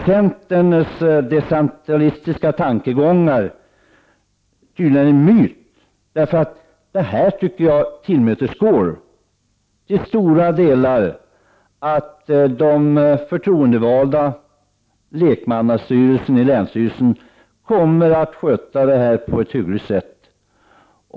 Centerns decentralistiska tankegångar är tydligen en myt. Det förslag som föreligger tycker jag till stora delar tillmötesgår de kravs som ställts på att den förtroendevalda lekmannastyrelsen i länsstyrelsen skall kunna sköta sina uppgifter på ett hyggligt sätt.